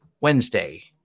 Wednesday